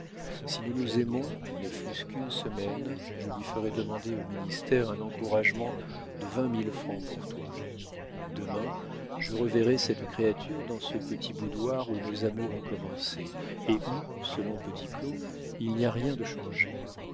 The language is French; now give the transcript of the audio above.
si nous nous aimons ne fût-ce qu'une semaine je lui ferai demander au ministère un encouragement de vingt mille francs pour toi demain je reverrai cette créature dans ce petit boudoir où nos amours ont commencé et où selon petit claud il n'y a rien de changé